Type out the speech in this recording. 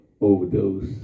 overdose